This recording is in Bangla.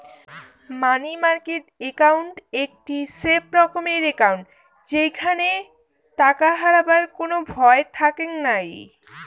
মানি মার্কেট একাউন্ট একটি সেফ রকমের একাউন্ট যেইখানে টাকা হারাবার কোনো ভয় থাকেঙ নাই